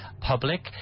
public